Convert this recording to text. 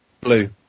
Blue